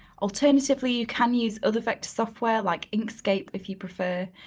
alternatively, you can use other effect software like inkscape if you prefer.